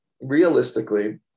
realistically